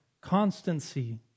constancy